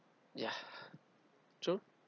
ya true